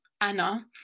Anna